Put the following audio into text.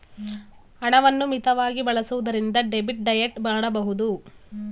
ಹಣವನ್ನು ಮಿತವಾಗಿ ಬಳಸುವುದರಿಂದ ಡೆಬಿಟ್ ಡಯಟ್ ಮಾಡಬಹುದು